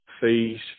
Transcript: fees